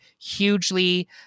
hugely